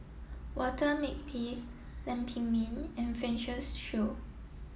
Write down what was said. Walter Makepeace Lam Pin Min and Francis Seow